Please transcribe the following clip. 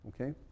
Okay